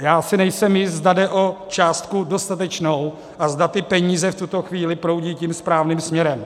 Já si nejsem jist, zda jde o částku dostatečnou a zda ty peníze v tuto chvíli proudí tím správným směrem.